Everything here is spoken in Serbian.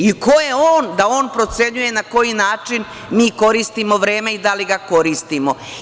I, ko je on da on procenjuje na koji način mi koristimo vreme i da li ga koristimo?